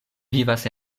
vivas